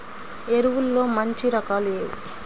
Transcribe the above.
ఎరువుల్లో మంచి రకాలు ఏవి?